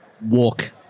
walk